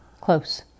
Close